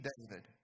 David